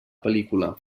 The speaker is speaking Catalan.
pel·lícula